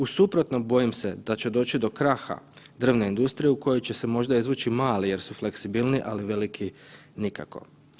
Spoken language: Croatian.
U suprotnom, bojim se da će doći do kraha drvne industrije u kojoj će se možda izvući mali jer su fleksibilniji, ali veliki nikako.